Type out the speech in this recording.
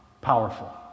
powerful